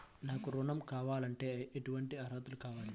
నాకు ఋణం కావాలంటే ఏటువంటి అర్హతలు కావాలి?